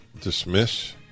dismiss